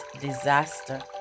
disaster